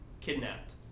kidnapped